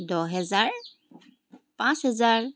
দহ হেজাৰ পাঁচ হেজাৰ